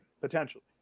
potentially